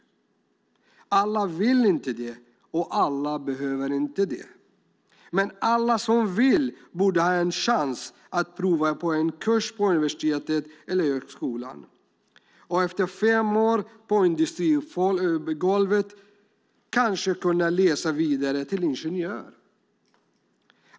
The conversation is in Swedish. Alla vill inte det, och alla behöver inte det. Men alla som vill borde ha en chans att prova på en kurs på universitetet eller högskolan och efter fem år på industrigolvet kanske läsa vidare till ingenjör.